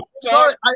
sorry